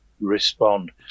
respond